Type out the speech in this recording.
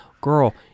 girl